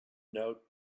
note